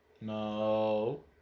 No